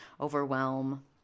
overwhelm